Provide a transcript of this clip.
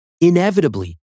inevitably